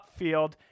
upfield